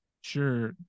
sure